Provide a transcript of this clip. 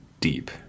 deep